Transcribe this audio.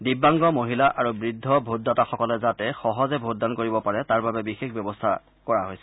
দিব্যাংগ মহিলা আৰু বৃদ্ধ ভোটদাতাসকলে যাতে সহজে ভোটদান কৰিব পাৰে তাৰ বাবে বিশেষ ব্যৱস্থা কৰা হৈছে